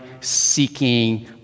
seeking